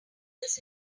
this